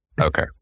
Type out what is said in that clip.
Okay